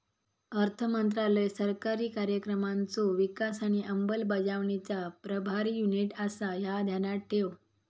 अर्थमंत्रालय सरकारी कार्यक्रमांचो विकास आणि अंमलबजावणीचा प्रभारी युनिट आसा, ह्या ध्यानात ठेव